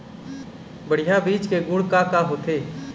बढ़िया बीज के गुण का का होथे?